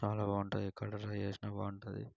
చాలా బాగుంటాయి ఎక్కడ ట్రై చేసినా బాగుంటుంది